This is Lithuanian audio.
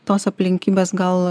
tos aplinkybės gal